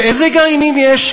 איזה גרעינים יש?